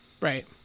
Right